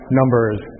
numbers